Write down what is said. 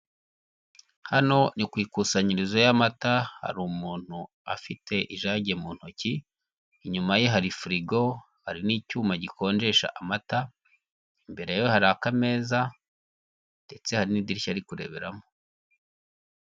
Hano ni kwikusanyirizo y'amata hari umuntu afite ijage mu ntoki inyuma ye hari firigo, hari n'icyuma gikonjesha amata imbere ye hari akameza ndetse hari n'idirishya ari kureberamo.